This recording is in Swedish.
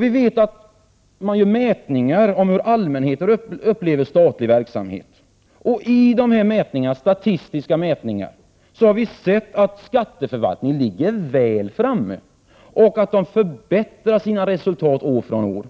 Vi vet att man gör mätningar om hur allmänheten upplever statlig verksamhet. I dessa statistiska mätningar har vi sett att skatteförvaltningarna ligger väl framme och att de förbättrar sina resultat år från år.